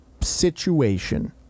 Situation